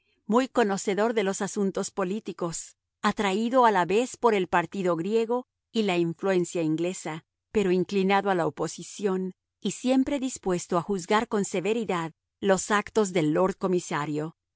muy conocedor de los asuntos políticos atraído a la vez por el partido griego y la influencia inglesa pero inclinado a la oposición y siempre dispuesto a juzgar con severidad los actos del lord comisario